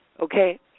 okay